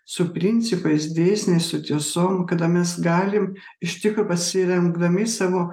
su principais dėsniais su tiesom kada mes galim iš tikro pasiremdami savo